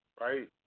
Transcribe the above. Right